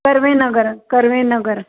Karvenagar Karvenagar